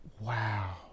Wow